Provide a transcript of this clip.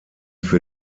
für